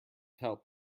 help